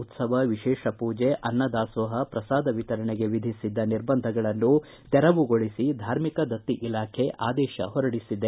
ಉತ್ತವ ವಿಶೇಷ ಪೂಜೆ ಅನ್ನದಾಸೋಹ ಪ್ರಸಾದ ವಿತರಣೆಗೆ ವಿಧಿಸಿದ್ದ ನಿರ್ಬಂಧಗಳನ್ನು ತೆರವುಗೊಳಿಸಿ ಧಾರ್ಮಿಕ ದತ್ತಿ ಇಲಾಖೆ ಆದೇಶ ಹೊರಡಿಸಿದೆ